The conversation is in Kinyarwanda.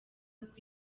kuko